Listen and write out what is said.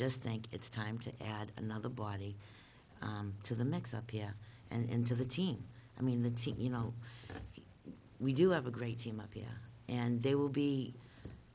just think it's time to add another body to the mix up here and to the gene i mean the you know we do have a great team up here and they will be